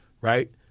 right